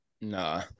Nah